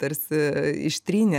tarsi ištrynė